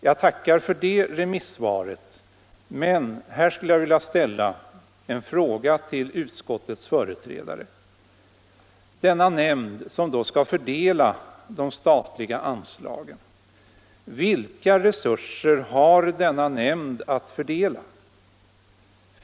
Jag tackar för det remissvaret, men här skulle jag vilja ställa en fråga till utskottets företrädare: Vilka resurser har denna nämnd, som skall fördela de statliga anslagen, att fördela dem?